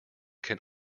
can